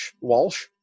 Walsh